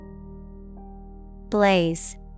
Blaze